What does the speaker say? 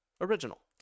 original